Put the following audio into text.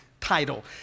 title